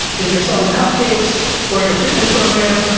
if you're selling cupcakes or your fitness program,